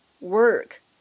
work